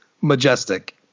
Majestic